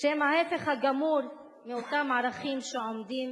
שהם ההיפך הגמור מאותם ערכים שעומדים